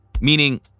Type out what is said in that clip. meaning